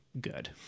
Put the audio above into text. good